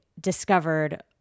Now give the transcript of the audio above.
discovered